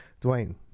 Dwayne